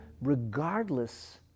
regardless